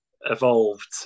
evolved